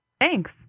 Thanks